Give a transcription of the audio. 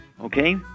Okay